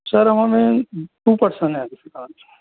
sir हम हैं two person हैं अभी साथ